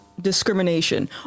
discrimination